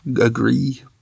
agree